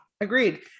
agreed